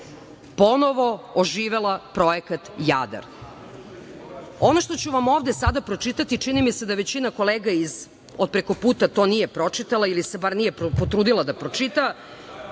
ponovo oživela projekat Jadar? Ono što ću vam ovde sada pročitati, čini mi se da većina kolega, od preko puta to nije pročitala ili se bar nije potrudila da pročita,